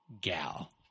Gal